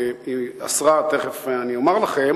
תיכף אומר לכם